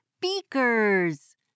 Beakers